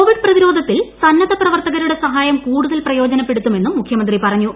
Covid പ്രതിരോധത്തിൽ സന്നദ്ധ പ്രവർത്തകരുടെ സഹായം കൂടുതൽ പ്രയോജനപ്പെടുത്തുമെന്നും മുഖ്യമന്ത്രി പറഞ്ഞു